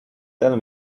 tell